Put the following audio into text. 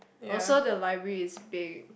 also the library is big